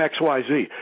XYZ